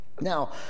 now